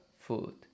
food